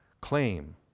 claim